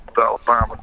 Alabama